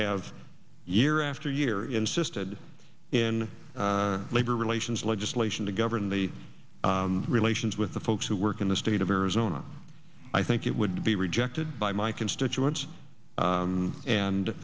have year after year insisted in labor relations legislation to govern the relations with the folks who work in the state of arizona i think it would be rejected by my constituents